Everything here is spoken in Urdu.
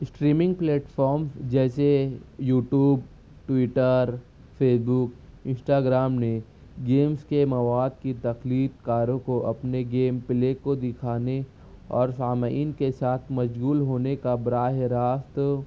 اسٹریمنگ پلیٹفارم جیسے YouTube Twitter Facebook Instagram نے گیمس کے مواد کے تخلیق کاروں کو اپنے گیم پلے کو دکھانے اور سامعین کے ساتھ مشغول ہونے کا براہ راست